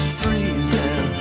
freezing